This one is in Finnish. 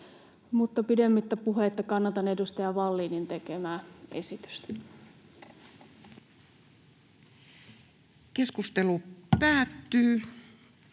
Pidemmittä puheitta kannatan edustaja Vallinin tekemää esitystä. Ensimmäiseen käsittelyyn